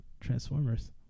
Transformers